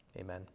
Amen